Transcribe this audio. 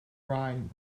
rhyme